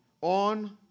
on